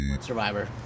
Survivor